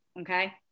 okay